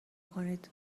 کنید